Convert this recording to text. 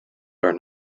are